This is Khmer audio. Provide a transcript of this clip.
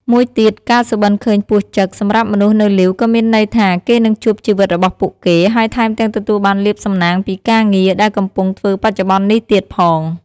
មួយទៀត ការសុបិន្តឃើញពស់ចឹក សម្រាប់មនុស្សនៅលីវក៏មានន័យថា គេនឹងជួបជីវិតរបស់ពួកគេ ហើយថែមទាំងទទួលបានលាភសំណាងពីការងារ ដែលកំពុងធ្វើបច្ចុប្បន្ននេះទៀតផង។